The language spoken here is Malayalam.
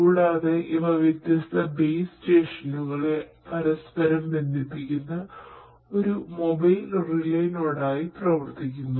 കൂടാതെ ഇവ വ്യത്യസ്ത ബേസ് സ്റ്റേഷനുകളെ ആയി പ്രവർത്തിക്കുന്നു